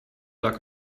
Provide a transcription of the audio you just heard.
luck